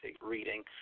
reading